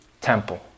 temple